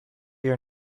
your